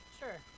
sure